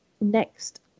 next